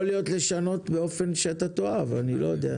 יכול להיות לשנות באופן שאתה תאהב, אני לא יודע.